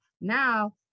now